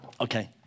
Okay